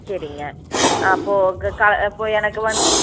சரிங்க அப்போது க கா இப்போ எனக்கு வந்து